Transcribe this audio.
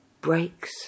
breaks